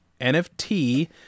NFT